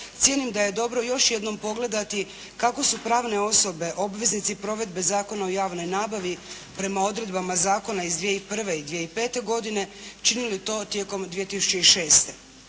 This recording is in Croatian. cijenim da je dobro još jednom pogledati kako su pravne osobe obveznici provedbe Zakona o javnoj nabavi prema odredbama zakona iz 2001. i 2005. godine činili to tijekom 2006.